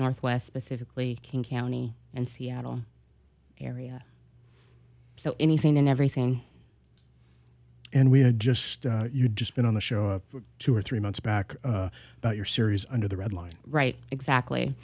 northwest specifically king county and seattle area so anything and everything and we had just you just been on the show a two or three months back but your series under the red line right exactly